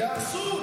יהרסו.